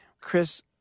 Chris